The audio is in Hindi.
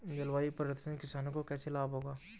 जलवायु परिवर्तन से किसानों को कैसे लाभ होगा?